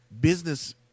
business –